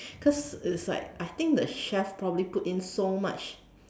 because it's like I think the chef probably put in so much